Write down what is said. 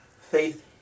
faith